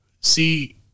See